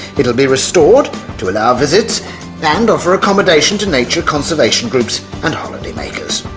it'll be restored to allow visits and offer accommodation to nature conservation groups and holiday makers,